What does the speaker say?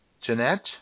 Jeanette